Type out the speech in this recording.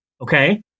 Okay